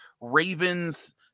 Ravens